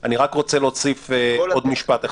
אני רק רוצה להוסיף עוד משפט.